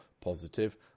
positive